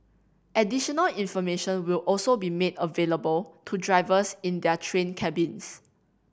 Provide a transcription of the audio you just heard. additional information will also be made available to drivers in their train cabins